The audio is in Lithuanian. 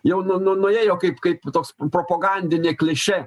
jau nu nu nuėjo kaip kaip toks propagandinė kliše